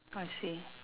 I see